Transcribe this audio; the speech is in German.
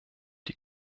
die